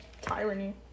Tyranny